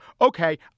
Okay